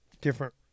different